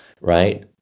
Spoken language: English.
right